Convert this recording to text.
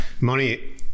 money